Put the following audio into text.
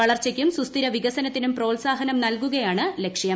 വളർച്ചയ്ക്കും സുസ്ഥിര വികസനത്തിനും പ്രോത്സാഹനം നൽകുകയാണ് ലക്ഷ്യം